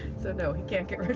so, no, he can't get rid of